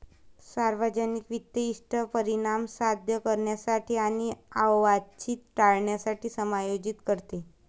सार्वजनिक वित्त इष्ट परिणाम साध्य करण्यासाठी आणि अवांछित टाळण्यासाठी समायोजित करते